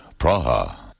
Praha